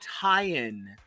tie-in